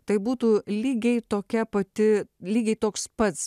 tai būtų lygiai tokia pati lygiai toks pats